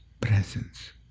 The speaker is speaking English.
presence